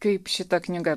kaip šita knyga